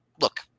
look